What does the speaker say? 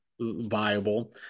viable